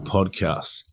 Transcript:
Podcast